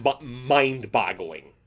mind-boggling